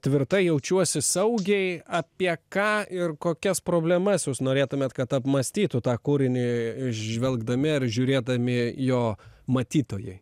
tvirtai jaučiuosi saugiai apie ką ir kokias problemas jūs norėtumėt kad apmąstytų tą kūrinį žvelgdami ar žiūrėdami jo matytojai